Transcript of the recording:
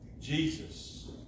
Jesus